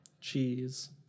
Cheese